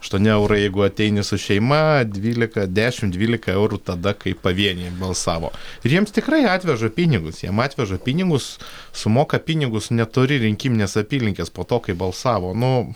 aštuoni eurai jeigu ateini su šeima dvylika dešimt dvylika eurų tada kai pavieniai balsavo ir jiems tikrai atveža pinigus jiem atveža pinigus sumoka pinigus netoli rinkiminės apylinkės po to kai balsavo nu